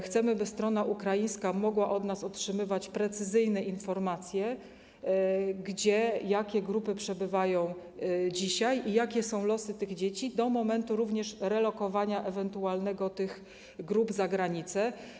Chcemy, by strona ukraińska mogła od nas otrzymywać precyzyjne informacje, gdzie dane grupy przebywają dzisiaj i jakie są losy tych dzieci do momentu również relokowania ewentualnego tych grup za granicę.